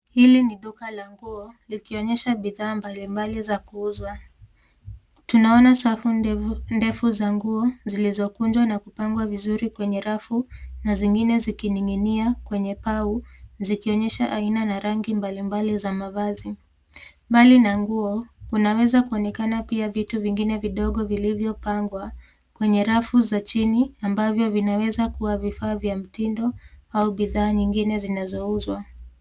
Hili ni duka la nguo likionyesha bidhaa mbalimbali za kuuzwa. Tunaona safu ndevu- ndefu za nguo zilizokunjwa na kupangwa vizuri kwenye rafu na zingine zikining'inia kwenye pau zikionyesha aina na rangi mbalimbali za mavazi. Mbali na nguo, kunaweza kuonekana pia vitu vidogo vilivyopangwa kwenye rafu za chini ambavyo vinaweza kuwa vifaa vya mtindo au bidhaa nyingine zinazouzwa.